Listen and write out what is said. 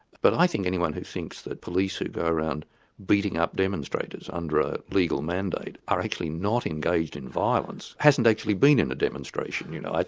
but i think anyone who thinks that police who go around beating up demonstrators under a legal mandate are actually not engaged in violence, hasn't actually been in a demonstration, you know,